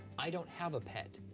i don't have a pet.